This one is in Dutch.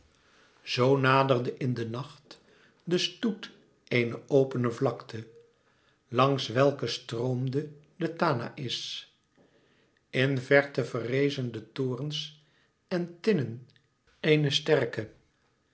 zoo naderde in de nacht de stoet eene opene vlakte langs welke stroomde de tanaïs in verte verrezen de torens en tinnen eener sterke